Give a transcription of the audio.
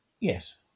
Yes